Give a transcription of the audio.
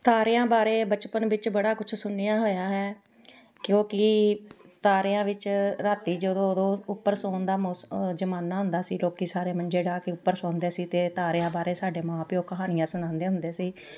ਤਾਰਿਆਂ ਬਾਰੇ ਬਚਪਨ ਵਿੱਚ ਬੜਾ ਕੁਛ ਸੁਣਿਆ ਹੋਇਆ ਹੈ ਕਿਉਂਕਿ ਤਾਰਿਆਂ ਵਿੱਚ ਰਾਤੀ ਜਦੋਂ ਉਦੋਂ ਉੱਪਰ ਸੌਣ ਦਾ ਮੌਸਮ ਜ਼ਮਾਨਾ ਹੁੰਦਾ ਸੀ ਲੋਕ ਸਾਰੇ ਮੰਜੇ ਡਾਹ ਕੇ ਉੱਪਰ ਸੌਂਦੇ ਸੀ ਅਤੇ ਤਾਰਿਆਂ ਬਾਰੇ ਸਾਡੇ ਮਾਂ ਪਿਓ ਕਹਾਣੀਆਂ ਸੁਣਾਉਂਦੇ ਹੁੰਦੇ ਸੀ